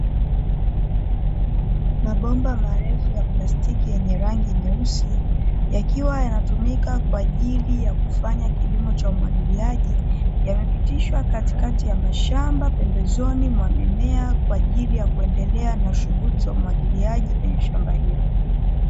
Mabomba marefu ya plastiki yenye rangi nyeusi yakiwa yanatumika kwa ajili ya kufanya kilimo cha umwagiliaji, yamepitishwa katikati ya mashamba pembezoni mwa mimea kwa ajili ya kuendelea na shughuli za umwagiliaji kwenye shamba hilo.